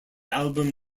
album